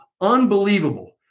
unbelievable